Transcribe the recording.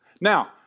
Now